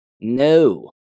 No